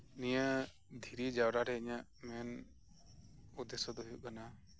ᱱᱤᱭᱟᱹ ᱫᱷᱤᱨᱤ ᱡᱟᱣᱨᱟ ᱨᱮ ᱤᱧᱟᱜ ᱢᱮᱱ ᱩᱫᱮᱥᱚ ᱫᱚ ᱦᱩᱭᱩᱜ ᱠᱟᱱᱟ